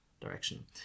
direction